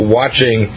watching